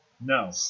No